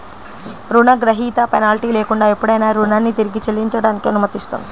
రుణగ్రహీత పెనాల్టీ లేకుండా ఎప్పుడైనా రుణాన్ని తిరిగి చెల్లించడానికి అనుమతిస్తుంది